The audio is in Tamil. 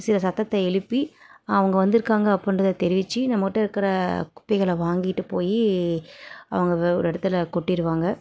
சில சத்தத்தை எழுப்பி அவங்க வந்திருக்காங்க அப்புடின்றத தெரிவித்து நம்மகிட்ட இருக்கிற குப்பைகளை வாங்கிகிட்டு போய் அவங்க ஒ ஒரு இடத்துல கொட்டிடுவாங்க